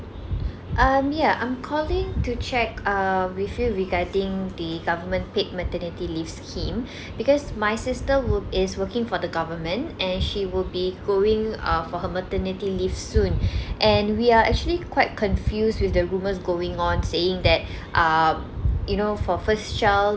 um yeah I'm calling to check um with you regarding the government paid maternity leaves scheme because my sister work is working for the government and she will be going uh for her maternity leave soon and we are actually quite confused with the rumors going on saying that um you know for first child